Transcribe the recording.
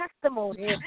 testimony